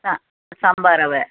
ஆ சம்பா ரவை